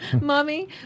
Mommy